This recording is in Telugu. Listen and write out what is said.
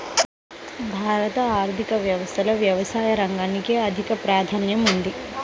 భారత ఆర్థిక వ్యవస్థలో వ్యవసాయ రంగానికి అధిక ప్రాధాన్యం ఉంది